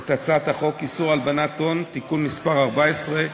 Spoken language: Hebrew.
את הצעת חוק איסור הלבנת הון (תיקון מס' 14),